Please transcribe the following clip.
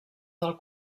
del